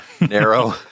narrow